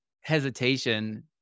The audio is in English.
hesitation